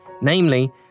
Namely